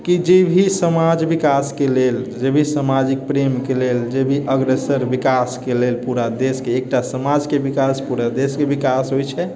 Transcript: कि जे भी समाज विकासके लेल जे भी सामाजिक प्रेमके लेल जे भी अग्रसर विकासके लेल पूरा देशके एकटा समाजके विकास पूरा देशके विकास होइ छै